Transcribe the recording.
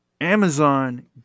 Amazon